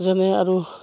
যেনে আৰু